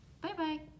Bye-bye